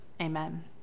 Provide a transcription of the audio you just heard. Amen